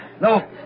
No